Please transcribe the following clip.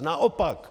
Naopak.